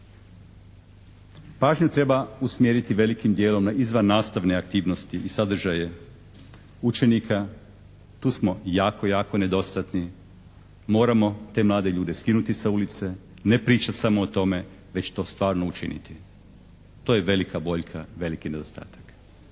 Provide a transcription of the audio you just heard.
Pažnju treba usmjeriti velikim djelom na izvan nastavne aktivnosti i sadržaje učenika. Tu smo jako, jako nedostatni. Moramo te mlade ljude skinuti sa ulice, ne pričati samo o tome već to stvarno učiniti. To je velika boljka, veliki nedostatak.